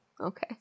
Okay